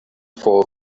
for